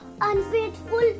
unfaithful